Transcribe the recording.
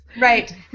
Right